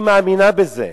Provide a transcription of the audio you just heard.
היא מאמינה בזה.